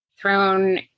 thrown